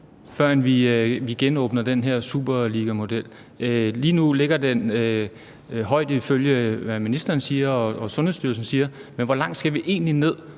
førend vi genåbner med den her superligamodel. Lige nu ligger det højt, ifølge hvad ministeren siger og hvad Sundhedsstyrelsen siger, men hvor langt skal vi egentlig ned,